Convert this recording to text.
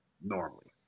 normally